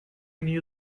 knew